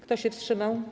Kto się wstrzymał?